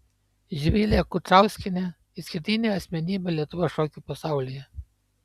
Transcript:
živilė kučauskienė išskirtinė asmenybė lietuvos šokių pasaulyje